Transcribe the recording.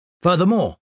Furthermore